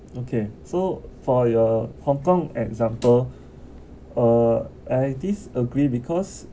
okay so for your Hong Kong example uh I disagree because um you're saying uh because